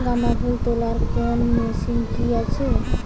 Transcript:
গাঁদাফুল তোলার কোন মেশিন কি আছে?